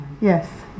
yes